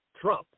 Trump